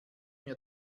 mir